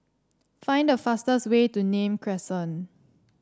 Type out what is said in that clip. find the fastest way to Nim Crescent